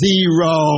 Zero